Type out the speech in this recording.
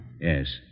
Yes